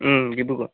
Dibrugarh